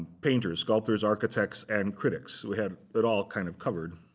painters, sculptors, architects, and critics. we had it all kind of covered.